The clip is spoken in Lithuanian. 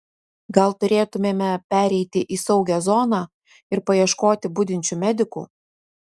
gal turėtumėme pereiti į saugią zoną ir paieškoti budinčių medikų